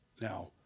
Now